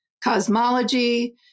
cosmology